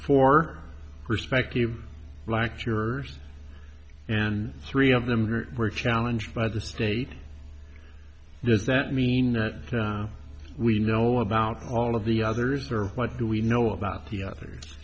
four prospective like yours and three of them were challenged by the state does that mean that we know about all of the others or what do we know about the others